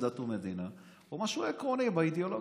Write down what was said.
דת ומדינה או משהו עקרוני באידיאולוגיה.